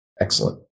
Excellent